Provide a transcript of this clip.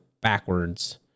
backwards